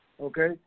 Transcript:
Okay